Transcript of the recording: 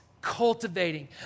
cultivating